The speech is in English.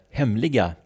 hemliga